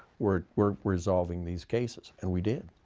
we're we're resolving these cases. and we did.